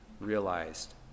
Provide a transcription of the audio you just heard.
realized